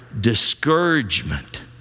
discouragement